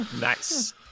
Nice